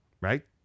right